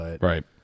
Right